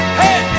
hey